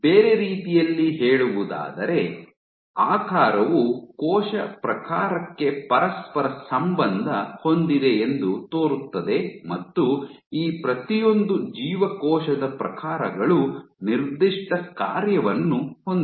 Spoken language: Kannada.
ಬೇರೆ ರೀತಿಯಲ್ಲಿ ಹೇಳುವುದಾದರೆ ಆಕಾರವು ಕೋಶ ಪ್ರಕಾರಕ್ಕೆ ಪರಸ್ಪರ ಸಂಬಂಧ ಹೊಂದಿದೆಯೆಂದು ತೋರುತ್ತದೆ ಮತ್ತು ಈ ಪ್ರತಿಯೊಂದು ಜೀವಕೋಶದ ಪ್ರಕಾರಗಳು ನಿರ್ದಿಷ್ಟ ಕಾರ್ಯವನ್ನು ಹೊಂದಿವೆ